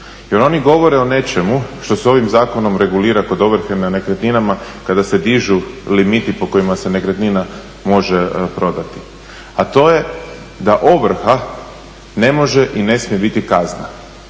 jer oni govore o nečemu što se ovim zakonom regulira kod ovrhe na nekretninama kada se dižu limiti po kojima se nekretnina može prodati. A to je, da ovrha ne može i ne smije biti kazna.